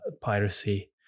piracy